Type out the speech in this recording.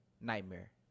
nightmare